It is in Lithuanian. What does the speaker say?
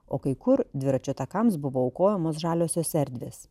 o kai kur dviračių takams buvo aukojamos žaliosios erdvės